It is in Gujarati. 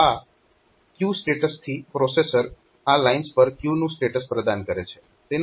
તો આ ક્યુ સ્ટેટસથી પ્રોસેસર આ લાઇન્સ પર ક્યુ નું સ્ટેટસ પ્રદાન કરે છે